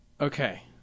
Okay